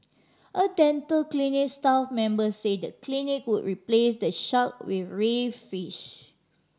a dental clinic staff member said the clinic would replace the shark with reef fish